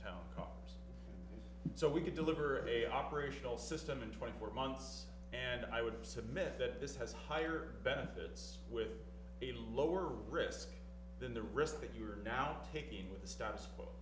car so we can deliver a operational system in twenty four months and i would submit that this has higher benefits with a lower risk than the risk that you are now taking with the status quo